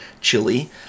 Chili